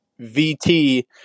VT